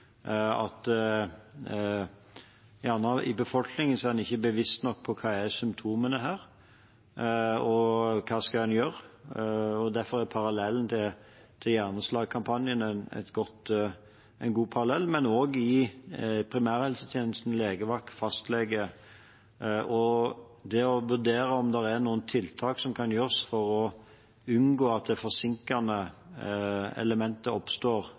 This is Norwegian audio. at befolkningen ikke er bevisst nok på hva som er symptomene her, og hva en skal gjøre. Parallellen til hjerneslagkampanjen er en god parallell, men også primærhelsetjenesten – legevakt, fastlege – det å vurdere om det er noen tiltak som kan settes inn for å unngå at det forsinkende elementet oppstår